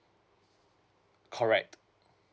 correct